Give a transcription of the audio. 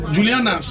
Juliana